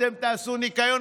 אתם תעשו ניקיון,